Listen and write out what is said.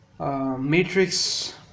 Matrix